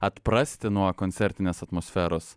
atprasti nuo koncertinės atmosferos